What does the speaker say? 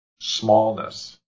Smallness